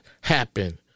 happen